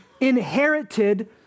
inherited